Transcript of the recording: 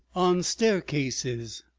on staircases,